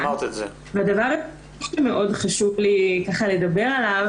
דבר שני שחשוב לי מאוד לדבר עליו,